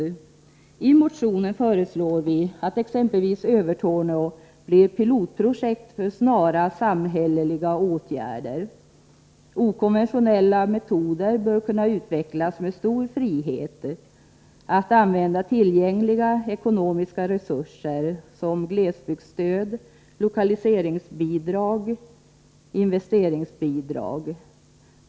I vår motion föreslår vi att exempelvis Övertorneå blir pilotprojekt för snara samhälleliga åtgärder. Okonventionella metoder bör kunna utvecklas, med stor frihet att använda tillgängliga ekonomiska resurser såsom glesbygdsstöd, lokaliseringsbidrag och investeringsbidrag.